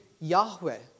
Yahweh